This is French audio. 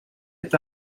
est